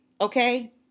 okay